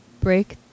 break